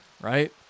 right